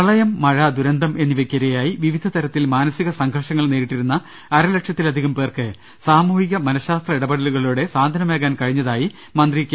പ്രളയം മഴ ദുരന്തം എന്നിവയ്ക്ക് ഇരയായി വിവിധ തരത്തിൽ മാനസിക സംഘർഷങ്ങൾ നേരിട്ടിരുന്ന അരലക്ഷത്തിലധികം പേർക്ക് സാമൂഹ്യ മനശാസ്ത്ര് ഇടപെടലുകളിലൂടെ സാന്ത്വനമേ കാൻ കഴിഞ്ഞതായി മന്ത്രി കെ